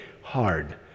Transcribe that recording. hard